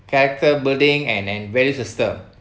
character building and and value system